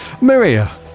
maria